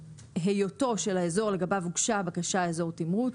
היותו של האזור לגביו הוגשה הבקשה לאזור תמרוץ,